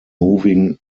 moving